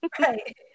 Right